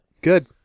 Good